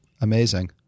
Amazing